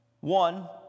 One